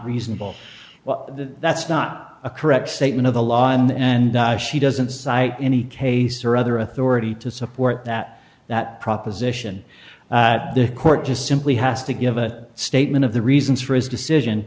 reasonable well that's not a correct statement of the law and she doesn't cite any case or other authority to support that that proposition that the court just simply has to give a statement of the reasons for his decision